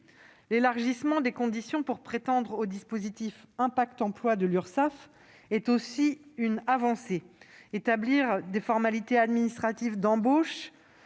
L'élargissement des conditions pour prétendre au dispositif « impact emploi » de l'Urssaf est aussi une avancée. Établir les formalités administratives d'embauche